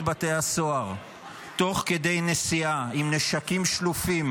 בתי הסוהר תוך כדי נסיעה עם נשקים שלופים,